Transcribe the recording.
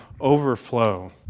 overflow